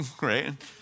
right